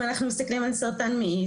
אם אנחנו מסתכלים על סרטן מעי,